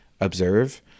observe